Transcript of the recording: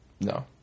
No